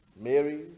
Mary